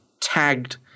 tagged